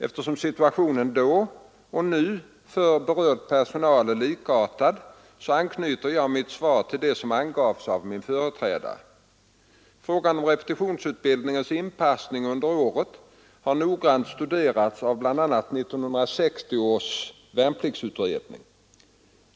Eftersom situationen då och nu för berörd personal är likartad anknyter mitt svar till det som avgavs av min företrädare. Frågan om repetitionsutbildningens inpassning under året har noggrant studerats av bl.a. 1960 års värnpliktsutredning.